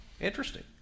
Interesting